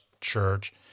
church